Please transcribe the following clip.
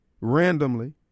randomly